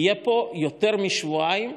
יהיו פה יותר משבועיים,